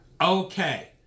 Okay